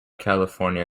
california